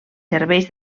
serveis